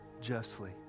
justly